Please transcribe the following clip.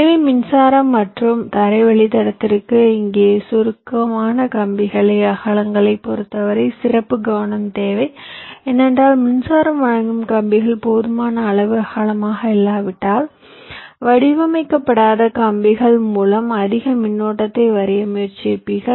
எனவே மின்சாரம் மற்றும் தரை வழித்தடத்திற்காக இங்கே சுருக்கமாக கம்பி அகலங்களைப் பொறுத்தவரை சிறப்பு கவனம் தேவை ஏனென்றால் மின்சாரம் வழங்கும் கம்பிகள் போதுமான அளவு அகலமாக இல்லாவிட்டால் வடிவமைக்கப்படாத கம்பிகள் மூலம் அதிக மின்னோட்டத்தை வரைய முயற்சிப்பீர்கள்